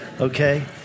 Okay